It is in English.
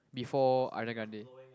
before Ariana Grande